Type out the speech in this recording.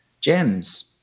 Gems